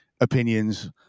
opinions